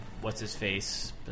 what's-his-face